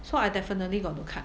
so I definitely got to cut